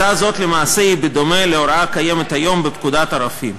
הצעה זאת למעשה דומה להוראה הקיימת כיום בפקודת הרופאים.